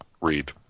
read